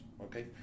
Okay